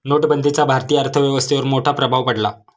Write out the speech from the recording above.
नोटबंदीचा भारतीय अर्थव्यवस्थेवर मोठा प्रभाव पडला